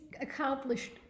accomplished